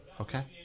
Okay